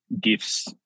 gifts